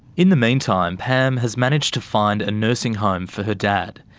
in the meantime, pam has managed to find a nursing home for her dad.